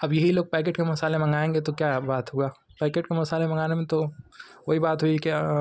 अब यही लोग पैकेट के मसाले मँगाएंगे तो क्या बात हुआ पैकेट के मसाले मँगाने में तो वही बात हुई क्या